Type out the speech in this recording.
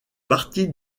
parties